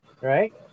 Right